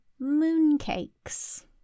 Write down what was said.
mooncakes